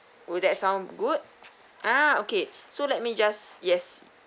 would that sound good ah okay so let me just yes